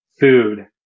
food